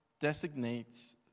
designates